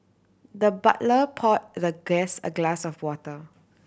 the butler pour the guest a glass of water